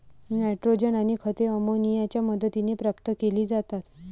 nitrogen आणि खते अमोनियाच्या मदतीने प्राप्त केली जातात